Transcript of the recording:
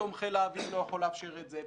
פתאום חיל האוויר לא יכול לאפשר את זה,